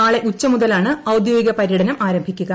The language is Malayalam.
നാളെ ഉച്ചുമുതലാണ് ഔദ്യോഗിക പര്യടനം ആരംഭിക്കുക